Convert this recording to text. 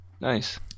Nice